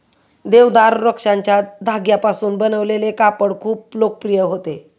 देवदार वृक्षाच्या धाग्यांपासून बनवलेले कापड खूप लोकप्रिय होते